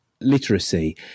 literacy